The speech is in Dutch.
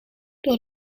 door